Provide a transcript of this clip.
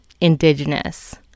indigenous